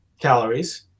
calories